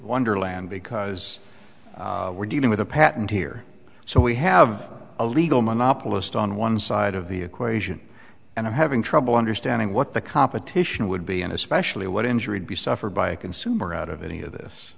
wonderland because we're dealing with a patent here so we have a legal monopolist on one side of the equation and i'm having trouble understanding what the competition would be and especially what injury to be suffered by a consumer out of any of this